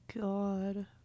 God